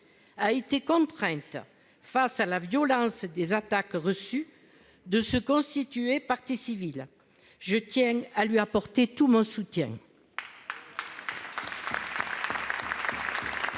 a été contrainte, devant la violence des attaques, de se constituer partie civile. Je tiens lui apporter tout mon soutien.